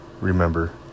remember